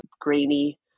grainy